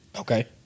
Okay